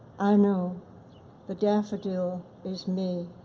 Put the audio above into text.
i know the daffodil is me,